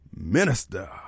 minister